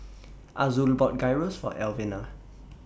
Azul bought Gyros For Elvina